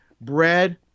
Bread